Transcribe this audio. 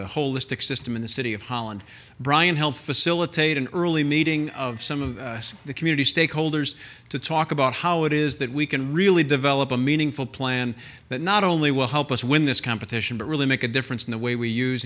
a holistic system in the city of holland brian helped facilitate an early meeting of some of the community stakeholders to talk about how it is that we can really develop a meaningful plan that not only will help us win this competition but really make a difference in the way we use